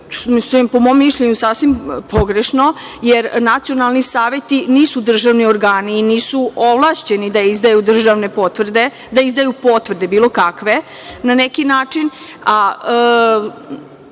po mom mišljenu je sasvim pogrešno, jer nacionalni saveti nisu državni organi i nisu ovlašćeni da izdaju državne potvrde, da izdaju potvrde bilo kakve. Na neki način,